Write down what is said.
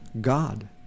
God